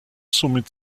somit